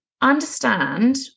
understand